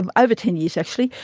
and ah over ten years actually,